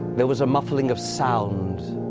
there was a muffling of sound,